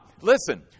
Listen